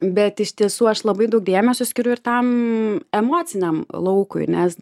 bet iš tiesų aš labai daug dėmesio skiriu ir tam emociniam laukui nes